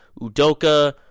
Udoka